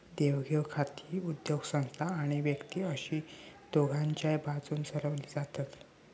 देवघेव खाती उद्योगसंस्था आणि व्यक्ती अशी दोघांच्याय बाजून चलवली जातत